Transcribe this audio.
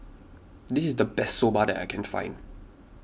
this is the best Soba that I can find